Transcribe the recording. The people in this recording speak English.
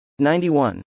91